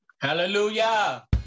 Hallelujah